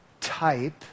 type